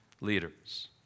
leaders